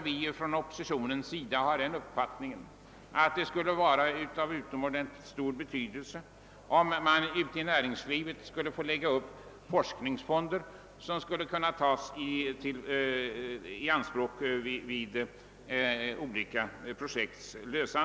Vi inom oppositionen har den uppfattningen, att det skulle vara av utomordentligt stor betydelse om man ute i näringslivet finge lägga upp forskningsfonder som kunde tas i anspråk för genomförande av olika projekt.